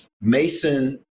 Mason